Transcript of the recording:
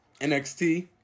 NXT